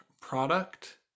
product